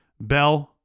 Bell